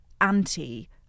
anti